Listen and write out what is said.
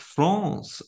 France